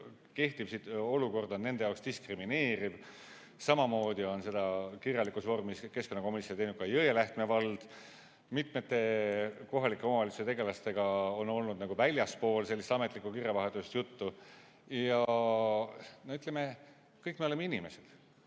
kehtiv olukord on nende jaoks diskrimineeriv. Samamoodi on seda kirjalikus vormis keskkonnakomisjonile teinud ka Jõelähtme vald. Mitmete kohalike omavalitsuste tegelastega on olnud väljaspool sellist ametlikku kirjavahetust juttu. Ja ütleme, kõik me oleme inimesed.